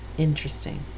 Interesting